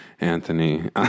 Anthony